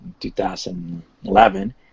2011